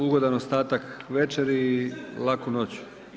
Ugodan ostatak večeri i laku noć.